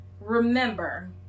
remember